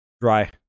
Dry